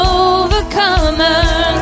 overcomer